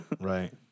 right